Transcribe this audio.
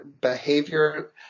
behavior